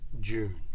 June